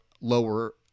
lower